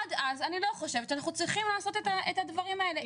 עד אז אני לא חושבת שאנחנו צריכים לעשות את הדברים האלה.